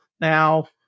Now